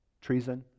treason